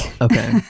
Okay